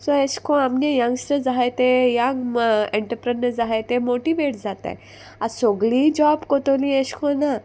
so एशकोन्न आमगे youngsters आहाय ते यंग एन्टरप्रेनर्स आहाय ते मोटिवेट जाताय आतां सोगलीं जॉब कोत्तोली एशकोन्न ना